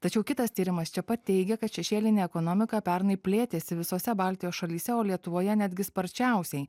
tačiau kitas tyrimas čia pat teigia kad šešėlinė ekonomika pernai plėtėsi visose baltijos šalyse o lietuvoje netgi sparčiausiai